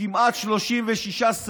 כמעט 36 שרים